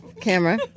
camera